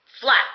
flat